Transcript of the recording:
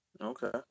Okay